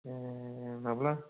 ए माब्ला